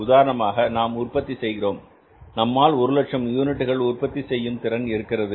உதாரணமாக நாம் உற்பத்தி செய்கிறோம் நம்மால் ஒரு லட்சம் யூனிட்டுகள் உற்பத்தி செய்யும் திறன் இருக்கிறது